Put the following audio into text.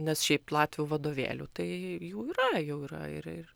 nes šiaip latvių vadovėlių tai jų yra jau yra ir ir